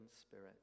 spirit